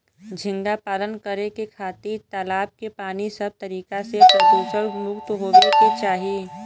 झींगा पालन करे खातिर तालाब के पानी सब तरीका से प्रदुषण मुक्त होये के चाही